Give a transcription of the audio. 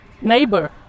neighbor